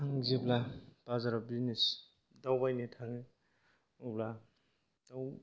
आं जेब्ला बाजाराव बिजनेस दावबायनो थाङो अब्ला दाउ